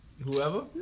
Whoever